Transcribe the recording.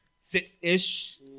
six-ish